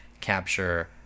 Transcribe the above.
capture